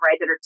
right